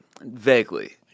Vaguely